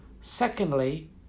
Secondly